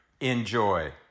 Enjoy